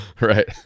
Right